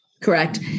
Correct